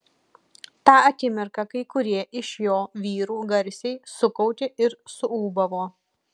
tą akimirką kai kurie iš jo vyrų garsiai sukaukė ir suūbavo